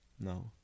No